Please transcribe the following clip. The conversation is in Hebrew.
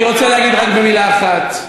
אני רוצה להגיד רק במילה אחת,